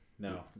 No